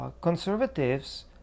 conservatives